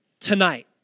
tonight